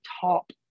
top